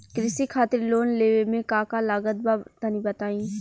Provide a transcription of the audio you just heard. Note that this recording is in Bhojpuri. कृषि खातिर लोन लेवे मे का का लागत बा तनि बताईं?